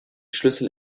schlüssel